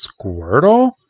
Squirtle